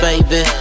Baby